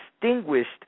distinguished